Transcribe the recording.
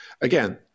again